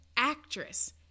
actress